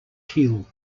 teal